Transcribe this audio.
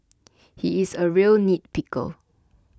he is a real nitpicker